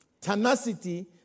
Tenacity